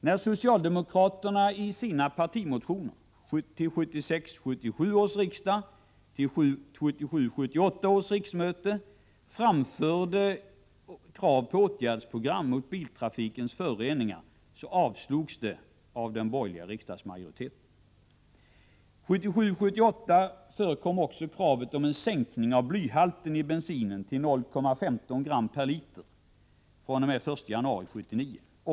När socialdemokraterna i partimotioner till 1976 78 års riksmöten framförde krav på åtgärdsprogram mot biltrafikens föroreningar avslogs de av den borgerliga riksdagsmajoriteten. 1977/78 ställdes krav på en sänkning av blyhalten i bensin till 0,15 gram per liter fr.o.m. den 1 januari 1979.